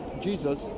Jesus